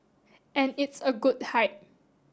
and it's a good height